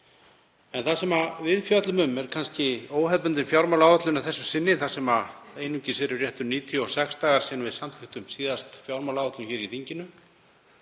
En það sem við fjöllum um er kannski óhefðbundin fjármálaáætlun að þessu sinni þar sem einungis eru réttir 96 dagar síðan við samþykktum síðast fjármálaáætlun í þinginu